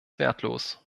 wertlos